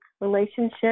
relationship